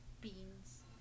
Beans